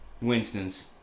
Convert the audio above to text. Winston's